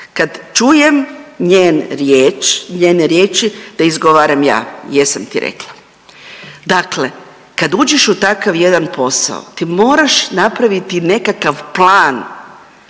kad čujem njen riječi da izgovaram ja, jesam ti rekla. Dakle, kad uđeš u takav jedan posao, ti moraš napraviti nekakav plan.